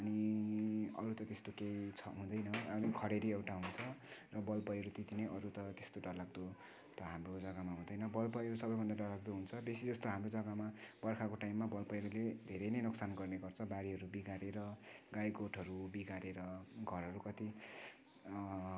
अनि अरू त त्यस्तो केही छ हुँदैन अनि खडेरी एउटा हुन्छ र भलपैह्रो त्यत्ति नै अरू त त्यस्तो डरलाग्दो त हाम्रो जग्गामा हुँदैन भलपैह्रो सबैभन्दा डरलाग्दो हुन्छ बेसीजस्तो हाम्रो जग्गामा बर्खाको टाइममा भलपैह्रोले धेरै नै नोक्सान गर्ने गर्छ बारीहरू बिगारेर गाईगोठहरू बिगारेर घरहरू कति